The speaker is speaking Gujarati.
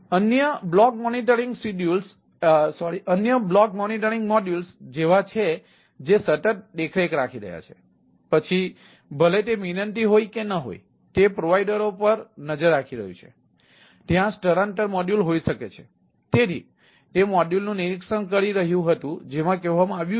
અન્ય બ્લોક મોનિટરિંગ મોડ્યુલ્સ છે